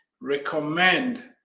recommend